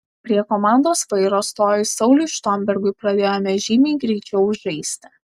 prie komandos vairo stojus sauliui štombergui pradėjome žymiai greičiau žaisti